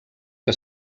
que